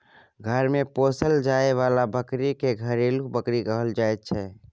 घर मे पोसल जाए बला बकरी के घरेलू बकरी कहल जाइ छै